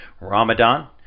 Ramadan